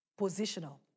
Positional